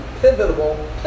pivotal